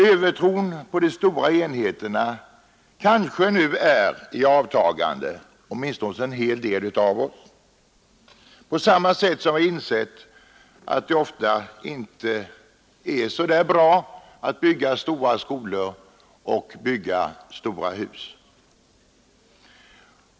Övertron på de stora enheterna kanske nu är i avtagande, åtminstone hos en hel del av oss, på samma sätt som vi insett att det ofta har sina nackdelar att bygga alltför stora skolor och alltför stora hus.